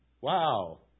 Wow